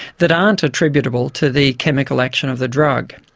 that aren't attributable to the chemical action of the drug.